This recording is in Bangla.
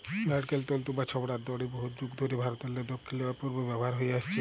লাইড়কেল তল্তু বা ছবড়ার দড়ি বহুত যুগ ধইরে ভারতেরলে দখ্খিল অ পূবে ব্যাভার হঁয়ে আইসছে